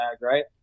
right